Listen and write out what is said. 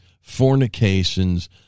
fornications